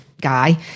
guy